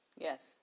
Yes